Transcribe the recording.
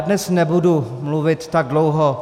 Dnes nebudu mluvit tak dlouho.